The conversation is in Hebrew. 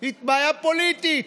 היא בעיה פוליטית.